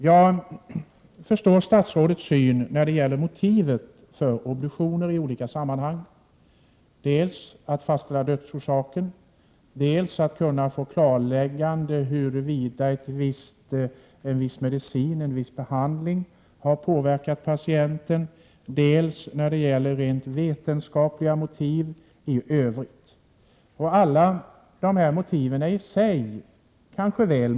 Jag förstår statsrådets syn när det gäller motivet för obduktioner i olika sammanhang — dels för att fastställa dödsorsaken, dels för att få klarlagt huruvida en viss medicin eller en viss behandling har påverkat patienten. Det finns också rent vetenskapliga motiv i övrigt. Alla dessa motiv är i sig kanske Prot.